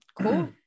Cool